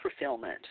fulfillment